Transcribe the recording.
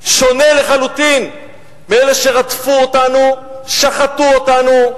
שונה לחלוטין מאלה שרדפו אותנו, שחטו אותנו.